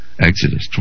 Exodus